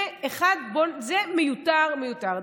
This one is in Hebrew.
זה מיותר, מיותר.